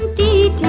da